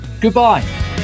Goodbye